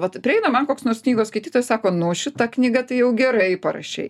vat prieina man koks nors knygos skaitytojas sako nu šitą knygą tai jau gerai parašei